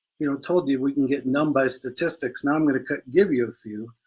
you know told you we can get numb by statistics, now i'm going to cut give you a few.